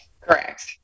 Correct